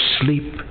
sleep